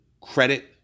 credit